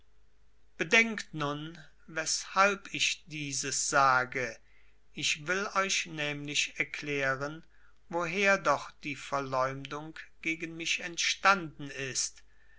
bedenkt nun weshalb ich dieses sage ich will euch nämlich erklären woher doch die verleumdung gegen mich entstanden ist